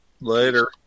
Later